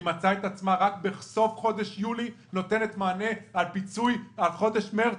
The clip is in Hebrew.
היא מצאה את עצמה רק בסוף חודש יולי נותנת מענה על פיצוי לחודשים מרץ,